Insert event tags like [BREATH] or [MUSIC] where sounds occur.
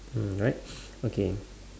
mm right [BREATH] okay